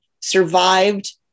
survived